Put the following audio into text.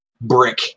brick